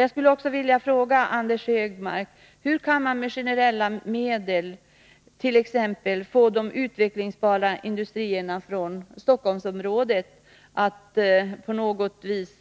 Jag vill också fråga Anders Högmark: Hur kan man med generella medel få t.ex. de utvecklingsbara industrierna från Stockholmsområdet att på något vis